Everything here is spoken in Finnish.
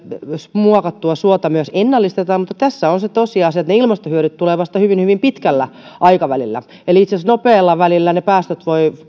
muokattua suota myös ennallistetaan mutta tässä on se tosiasia että ne ilmastohyödyt tulevat vasta hyvin hyvin pitkällä aikavälillä eli itse asiassa lyhyellä välillä ne päästöt voivat